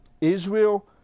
Israel